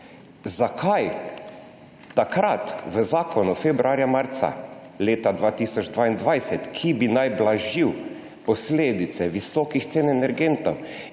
zakaj takrat v zakonu februarja, marca leta 2022, ki bi naj blažil posledice visokih cen energentov